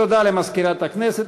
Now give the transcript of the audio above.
תודה למזכירת הכנסת.